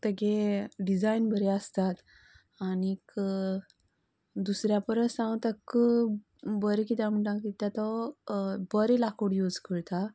तेगे डिझायन बरें आसतात आनीक दुसऱ्या परस हांव तेका बरें कित्याक म्हणटा कित्या तो बरें लाकूड युज करता